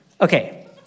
Okay